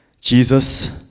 Jesus